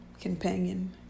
companion